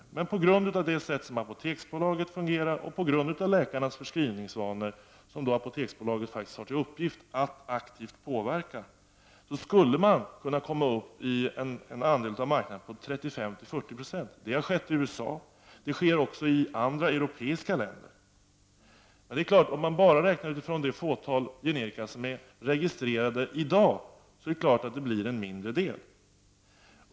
Men så är inte fallet på grund av det sätt på vilket Apoteksbolaget fungerar och läkarnas förskrivningsvanor, vilket Apoteksbolaget har till uppgift att aktivt påverka. Man skulle kunna komma upp i en marknadsandel på 35-40 96. Det har skett i USA, och det sker också i andra europeiska länder. Men om man bara räknar utifrån de få generika som är registrerade i dag utgör de självfallet en mindre del.